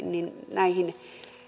näihin